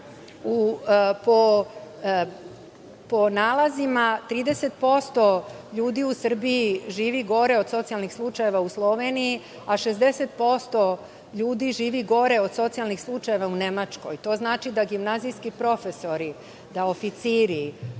po nalazima 30% ljudi u Srbiji živi gore od socijalnih slučajeva u Sloveniji, a 60% ljudi živi gore od socijalnih slučajeva u Nemačkoj. To znači da gimnazijski profesori, da oficiri,